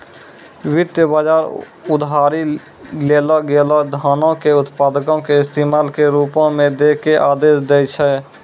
वित्त बजार उधारी लेलो गेलो धनो के उत्पादको के इस्तेमाल के रुपो मे दै के आदेश दै छै